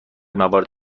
موارد